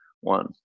one